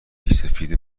ریشسفید